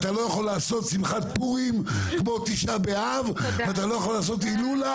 אתה לא יכול לעשות שמחת פורים כמו תשעה באב ואתה לא יכול לעשות הילולה